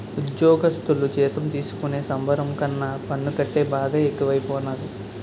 ఉజ్జోగస్థులు జీతం తీసుకునే సంబరం కన్నా పన్ను కట్టే బాదే ఎక్కువైపోనాది